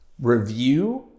review